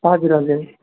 हजुर हजुर